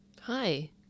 Hi